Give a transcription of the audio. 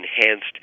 enhanced